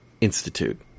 Institute